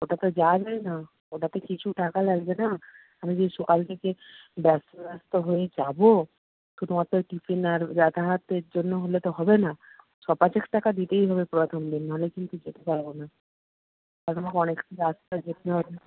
ওটা তো যাওয়া যায় না ওটাতে কিছু টাকা লাগবে না আমি যে সকাল থেকে ব্যস্ত হয়ে যাব শুধুমাত্র টিফিন আর যাতায়াতের জন্য হলে তো হবে না শপাঁচেক টাকা দিতেই হবে প্রথমদিন না হলে কিন্তু যেতে পারব না আমাকে অনেকটা রাস্তা যেতে হবে